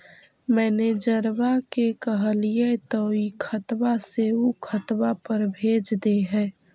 मैनेजरवा के कहलिऐ तौ ई खतवा से ऊ खातवा पर भेज देहै?